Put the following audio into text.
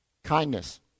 Kindness